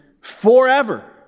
forever